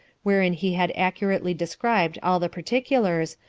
wherein he had accurately described all the particulars,